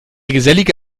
gesellige